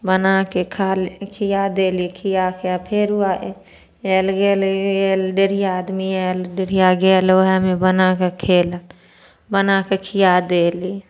बनाके खा खिया देली खियाके आ फेर ओ गेल गेल गेल डेढ़िया आदमी आयल डेढ़िया गेल वएहमे बनाके खेलक बनाके खिया देली